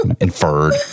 inferred